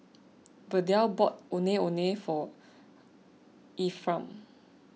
Verdell bought Ondeh Ondeh for Ephram